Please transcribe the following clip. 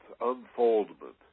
unfoldment